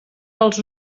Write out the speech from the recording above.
als